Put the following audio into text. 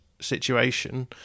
situation